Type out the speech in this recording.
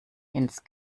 ins